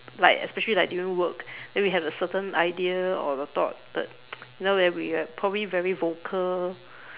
like especially like during work then we have a certain idea or thought that where we are probably very vocal